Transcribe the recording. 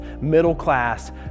middle-class